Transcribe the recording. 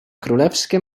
królewskie